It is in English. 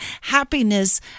happiness